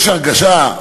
יש הרגשה,